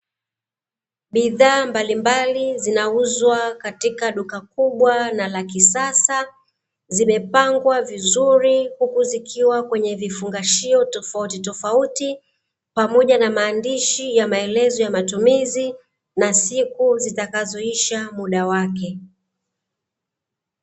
Bidhaa mbalimbali zinauzwa katika duka kubwa na la kisasa, zimepangwa vizuri huku zikiwa kwenye vifungashio tofauti tofauti, pamoja na maandishi ya maelezo yamatumizi na siku zitakazoisha muda wake.